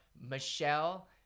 Michelle